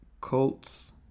Colts